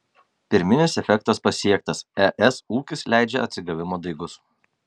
pirminis efektas pasiektas es ūkis leidžia atsigavimo daigus